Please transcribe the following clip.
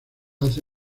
hace